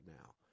now